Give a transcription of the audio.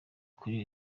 kuri